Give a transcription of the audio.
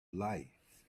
life